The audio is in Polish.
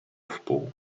wpół